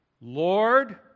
Lord